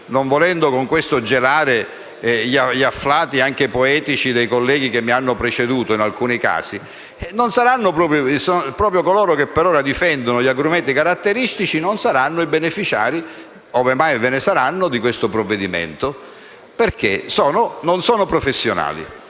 (non volendo con questo gelare gli afflati, anche poetici, dei colleghi che mi hanno preceduto, in alcuni casi) non saranno i beneficiari - ove mai ve ne saranno - di questo provvedimento. Questo perché essi non sono professionali: